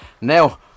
Now